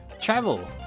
travel